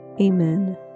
Amen